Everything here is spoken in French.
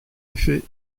effet